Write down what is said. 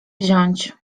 wziąć